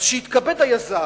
אז שיתכבד היזם.